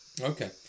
Okay